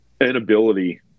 inability